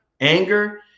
anger